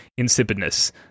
insipidness